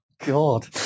God